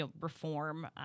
reform